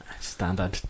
Standard